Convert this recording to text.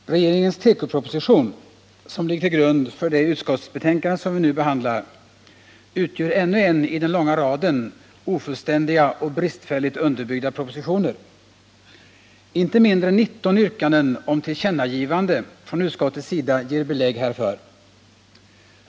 Herr talman! Regeringens tekoproposition, som ligger till grund för det utskottsbetänkande vi nu behandlar, utgör ännu en i den långa raden av ofullständiga och bristfälligt underbyggda propositioner. Inte mindre än 19 yrkanden om tillkännagivande från utskottets sida ger belägg härför.